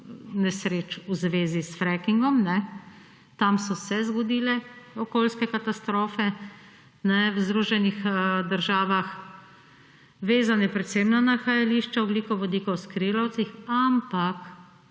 nesreč v zvezi s frackingom. Tam so se zgodile okoljske katastrofe, v Združenih državah, vezane predvsem na nahajališča ogljikovodikov, skrilavcih, ampak